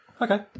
Okay